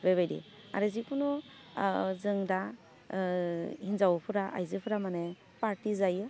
बेबायदि आरो जेखुनु जों दा हिन्जावफ्रा आयजोफ्रा माने पार्टि जायो